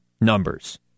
numbers